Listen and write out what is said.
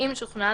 אם שוכנע,